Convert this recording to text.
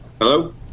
Hello